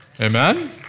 Amen